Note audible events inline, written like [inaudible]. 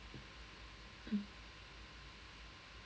[coughs]